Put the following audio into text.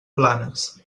planes